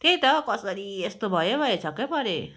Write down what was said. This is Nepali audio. त्यही त कसरी यस्तो भयो भयो छक्कै परेँ